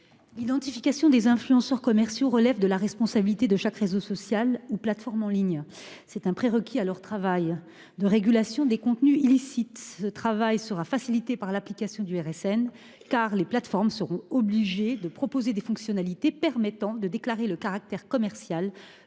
L'identification des influenceurs commerciaux relève de la responsabilité de chaque réseau social ou plateforme en ligne. C'est un prérequis à leur travail de régulation des contenus illicites. Ce travail sera facilité par l'application du DSA, car les plateformes seront obligées de proposer des fonctionnalités permettant de déclarer le caractère commercial